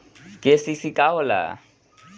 KCC का होला?